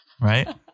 Right